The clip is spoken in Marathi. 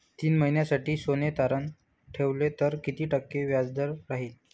तीन महिन्यासाठी सोने तारण ठेवले तर किती टक्के व्याजदर राहिल?